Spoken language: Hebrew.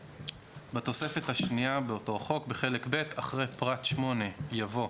(2)בתוספת השנייה, בחלק ב', אחרי פרט (8) יבוא: